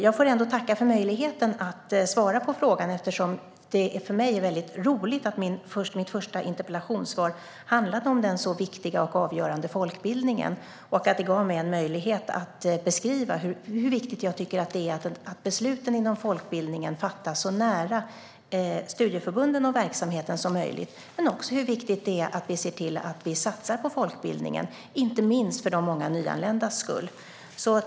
Jag får ändå tacka för att jag fick möjlighet att svara på denna interpellation. För mig är det väldigt roligt att mitt första interpellationssvar handlade om den så viktiga och avgörande folkbildningen. Det gav mig en möjlighet att beskriva hur viktigt jag tycker att det är att besluten inom folkbildningen fattas så nära studieförbunden och verksamheten som möjligt och också hur viktigt det är att vi ser till att vi satsar på folkbildningen, inte minst för de många nyanländas skull.